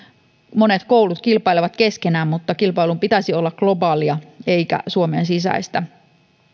monet koulut kilpailevat keskenään mutta kilpailun pitäisi olla globaalia eikä suomen sisäistä